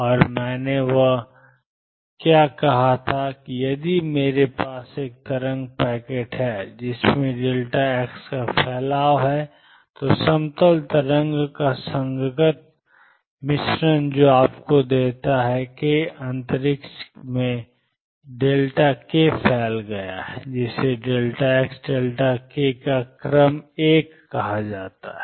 और मैंने वहां क्या कहा था कि यदि मेरे पास एक तरंग पैकेट है जिसमें x का फैलाव है तो समतल तरंगों का संगत मिश्रण जो आपको देता है k अंतरिक्ष में k फैल गया है जैसे कि xk का क्रम 1 है